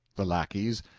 the lackeys,